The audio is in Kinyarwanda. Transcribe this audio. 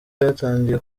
byatangiye